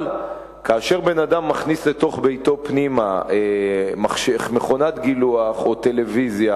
אבל כאשר בן-אדם מכניס לתוך ביתו פנימה מכונת גילוח או טלוויזיה,